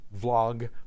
vlog